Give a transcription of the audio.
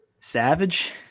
Savage